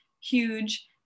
huge